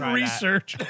research